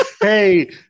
Hey